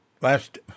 last